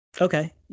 Okay